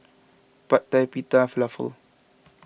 Pad Thai Pita Falafel